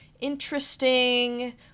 interesting